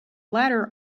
ladder